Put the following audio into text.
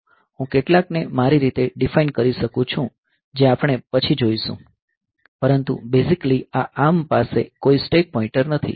હું કેટલાકને મારી રીતે ડિફાઇન કરી શકું છું જે આપણે પછી જોઈશું પરંતુ બેઝિકલી આ ARM પાસે કોઈ સ્ટેક પોઇન્ટર નથી